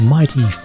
Mighty